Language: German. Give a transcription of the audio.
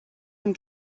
dem